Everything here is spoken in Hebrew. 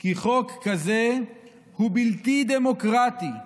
כי חוק כזה הוא בלתי דמוקרטי,